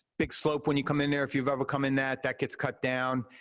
big slope when you come in there, if you've ever come in that, that gets cut down.